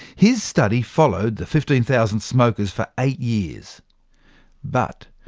his study followed the fifteen thousand smokers for eight years but,